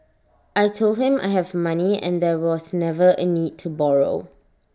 I Told him I have money and there was never A need to borrow